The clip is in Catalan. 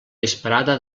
disparada